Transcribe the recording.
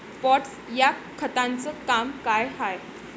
Potash या खताचं काम का हाय?